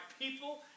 people